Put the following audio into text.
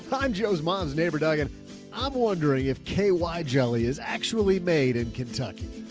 so i'm joe's mom's neighbor, doug. and i'm wondering if k y jelly is actually made in kentucky